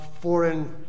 foreign